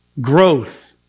growth